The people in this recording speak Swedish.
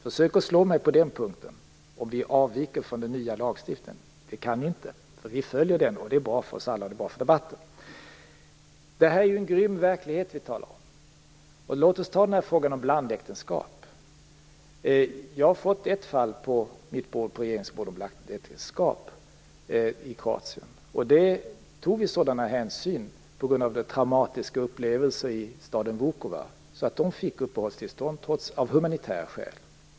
Försök att slå mig på den punkten om vi avviker från den nya lagstiftningen. Det kan ni inte, eftersom vi följer den, och det är bra för oss alla, och det är bra för debatten. Det är en grym verklighet som vi talar om. Låt oss ta den här frågan om blandäktenskap. Jag har fått ett fall på mitt bord om blandäktenskap i Kroatien. I detta fall tog vi sådana hänsyn på grund av traumatiska upplevelser i staden Vukovar att detta par fick uppehållstillstånd av humanitära skäl.